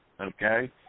Okay